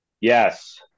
Yes